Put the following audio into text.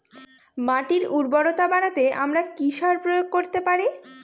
মাটির উর্বরতা বাড়াতে আমরা কি সার প্রয়োগ করতে পারি?